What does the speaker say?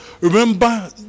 remember